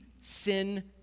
sin